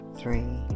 three